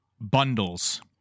bundles